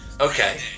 okay